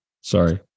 Sorry